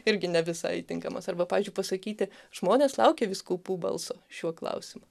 irgi ne visai tinkamas arba pavyzdžiui pasakyti žmonės laukia vyskupų balso šiuo klausimu